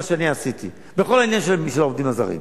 שאני עשיתי בכל העניין של העובדים הזרים.